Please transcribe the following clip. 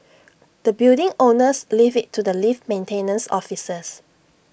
the building owners leave IT to the lift maintenance officers